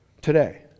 today